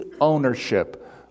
ownership